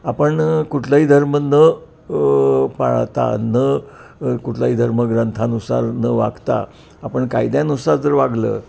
आपण कुठलाही धर्म न पाळता न कुठलाही धर्मग्रंथानुसार न वागता आपण कायद्यानुसार जर वागलं